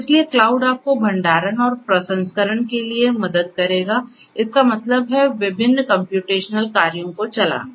इसलिए क्लाउड आपको भंडारण और प्रसंस्करण के लिए मदद करेगा इसका मतलब है विभिन्न कम्प्यूटेशनल कार्यों को चलाना